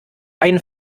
ein